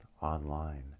Online